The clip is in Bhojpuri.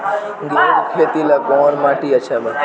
गेहूं के खेती ला कौन माटी अच्छा बा?